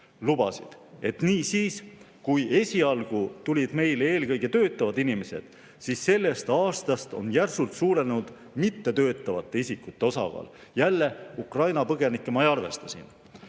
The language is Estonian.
elamislubasid. Nii et esialgu tulid meile eelkõige töötavad inimesed, aga sellest aastast on järsult suurenenud mittetöötavate isikute osakaal. Jälle, Ukraina põgenikke ma ei arvesta siin.